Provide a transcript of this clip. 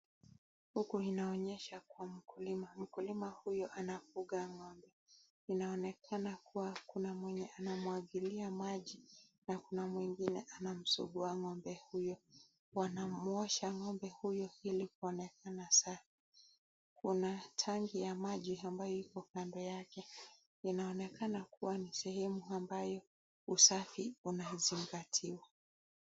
Huku inaonyesha kwa mkulima. Mkulima huyu anafuga ng'ombe. Inaonekana kuwa kuna mwenye anamwagilia maji na kuna mwingine anamsugua ng'ombe huyo. Wanamwosha ng'ombe huyo ilikuonekana safi. Kuna tanki ya maji ambayo iko kando yake. Inaonekana kuwa ni sehemu ambayo usafi unazingatiwa.